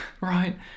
right